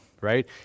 right